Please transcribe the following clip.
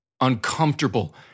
uncomfortable